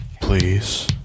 please